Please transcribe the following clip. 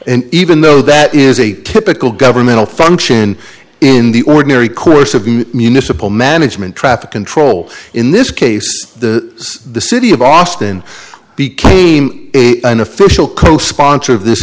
and even though that is a typical governmental function in the ordinary course of municipal management traffic control in this case the city of austin became an official co sponsor of this